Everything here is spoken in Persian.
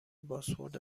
بازخورد